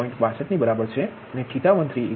62 ની બરાબર છે θ13 108